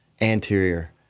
anterior